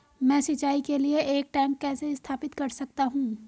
मैं सिंचाई के लिए एक टैंक कैसे स्थापित कर सकता हूँ?